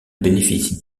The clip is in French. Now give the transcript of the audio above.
bénéficie